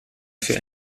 für